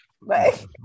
right